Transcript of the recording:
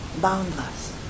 boundless